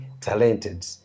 talented